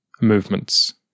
movements